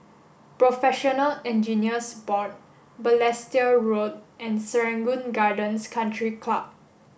Professional Engineers Board Balestier Road and Serangoon Gardens Country Club